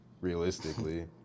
realistically